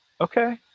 okay